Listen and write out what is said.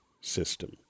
system